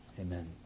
Amen